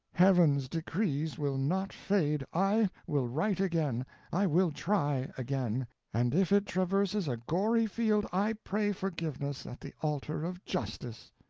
heaven's decrees will not fade i will write again i will try again and if it traverses a gory field, i pray forgiveness at the altar of justice.